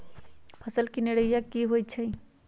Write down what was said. फसल के निराया की होइ छई?